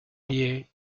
pie